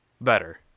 better